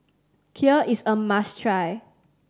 kheer is a must try